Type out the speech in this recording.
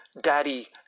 Daddy